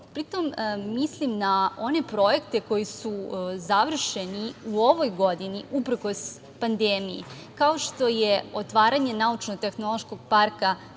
Pri tom mislim na one projekte koji su završeni i u ovoj godini uprkos pandemiji, kao što je otvaranje Naučno tehnološkog parka